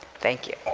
thank you